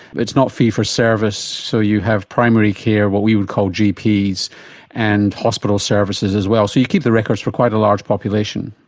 it's not a fee for service, so you have primary care, what we would call gps and hospital services as well. so you keep the records for quite a large population.